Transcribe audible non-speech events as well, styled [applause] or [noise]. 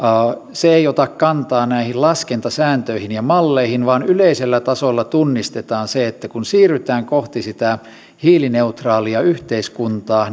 ei ota kantaa näihin laskentasääntöihin ja malleihin vaan että yleisellä tasolla tunnistetaan se että kun siirrytään kohti sitä hiilineutraalia yhteiskuntaa [unintelligible]